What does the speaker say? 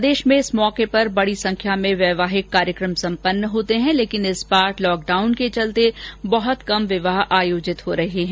प्रदेश में इस अवसर पर बड़ी संख्या में वैवाहिक कार्यक्रम संपन्न होते है लेकिन इस बार लॉकडाउन के चलते बहुत कम विवाह आयोजित हो रहे है